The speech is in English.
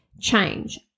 change